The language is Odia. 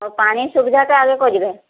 ପାଣି ସୁବିଧାଟା ଆଗେ କରିବେ